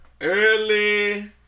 Early